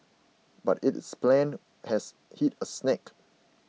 but it is plan has hit a snag